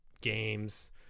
games